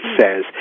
says